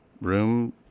room